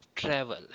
Travel